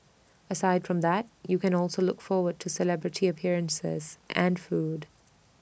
aside from that you can also look forward to celebrity appearances and food